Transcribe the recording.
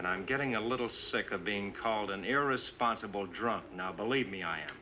and i'm getting a little sick of being called an irresponsible drunk now believe me i